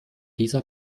dieser